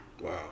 Wow